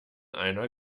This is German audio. einer